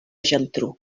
geltrú